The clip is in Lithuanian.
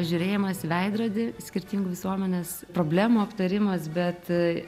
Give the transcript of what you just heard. žiūrėjimas į veidrodį skirtingų visuomenės problemų aptarimas bet